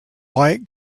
white